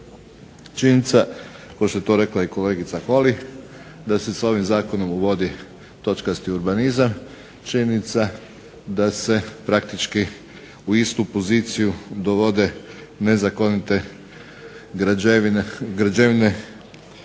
Činjenica kao što je to rekla i kolegica Holy da se s ovim zakonom uvodi točkasti urbanizam, činjenica da se praktički u istu poziciju dovode nezakonite izgrađene